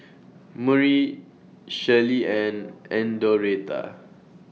Murry Shirleyann and Doretha